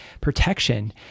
protection